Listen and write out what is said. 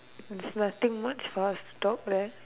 it was nothing much for us to talk leh